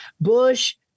bush